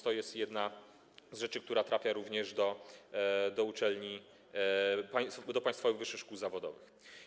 To jest jedna z rzeczy, która trafia również do uczelni, do państwowych wyższych szkół zawodowych.